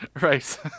Right